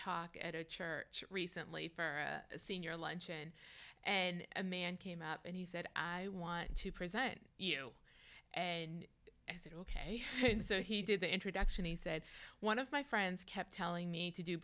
talk at a church recently for a senior luncheon and a man came up and he said i want to present you and i said ok and so he did the introduction he said one of my friends kept telling me to do